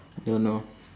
don't know